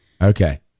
Okay